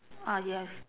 ah yes